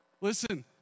listen